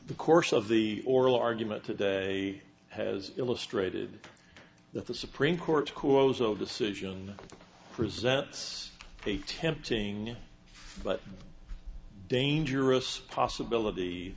the course of the oral argument today has illustrated that the supreme court because of decision presents a tempting but dangerous possibility